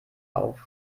auf